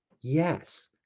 yes